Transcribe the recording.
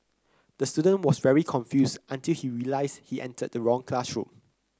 the student was very confused until he realised he entered the wrong classroom